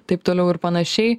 taip toliau ir panašiai